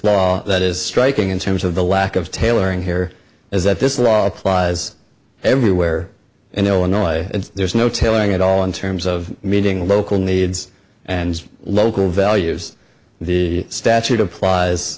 law that is striking in terms of the lack of tailoring here is that this law applies everywhere in illinois and there's no telling at all in terms of meeting local needs and local values the statute